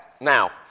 Now